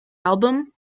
album